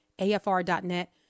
AFR.net